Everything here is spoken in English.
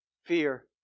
fear